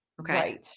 okay